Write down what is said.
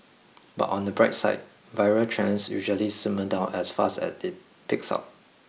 but on the bright side viral trends usually simmer down as fast as it peaks up